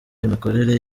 imikorere